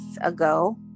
ago